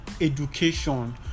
education